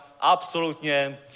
absolutně